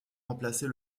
remplacer